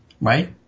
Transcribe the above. Right